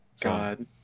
God